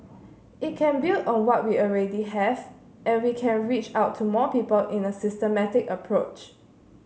it can build on what we already have and we can reach out to more people in a systematic approach